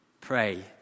Pray